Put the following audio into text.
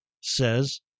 says